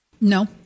No